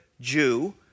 Jew